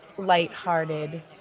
light-hearted